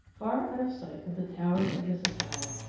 far out of sight of the towers of this asylum,